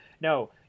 no